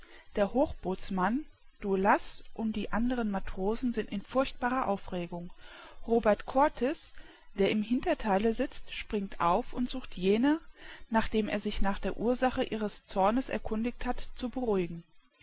der hochbootsmann daoulas und die anderen matrosen sind in furchtbarer aufregung robert kurtis der im hintertheile sitzt springt auf und sucht jene nachdem er sich nach der ursache ihres zornes erkundigt hat zu beruhigen